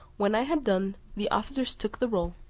when i had done, the officers took the roll,